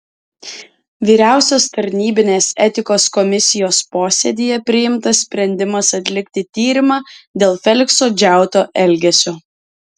vyriausios tarnybinės etikos komisijos posėdyje priimtas sprendimas atlikti tyrimą dėl felikso džiauto elgesio